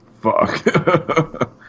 Fuck